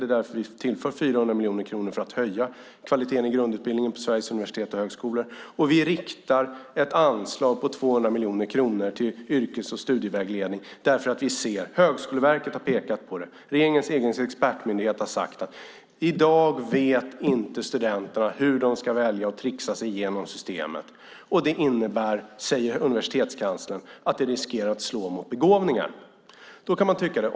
Det är därför som vi tillför 400 miljoner kronor för att höja kvaliteten i grundutbildningen på Sveriges universitet och högskolor. Vi riktar också ett anslag på 200 miljoner kronor till yrkes och studievägledning därför att Högskoleverket, regeringens egen expertmyndighet, har sagt att studenterna i dag inte vet hur de ska välja och tricksa sig igenom systemet. Det innebär, säger universitetskanslern, att detta riskerar att slå mot begåvningar.